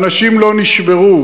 אנשים לא נשברו,